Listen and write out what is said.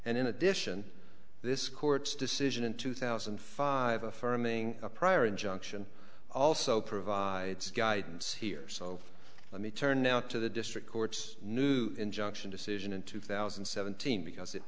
and in addition this court's decision in two thousand and five affirming a prior injunction also provides guidance here so let me turn now to the district court's new injunction decision in two thousand and seventeen because it